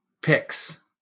picks